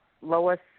Lois